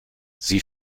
sie